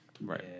Right